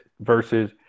versus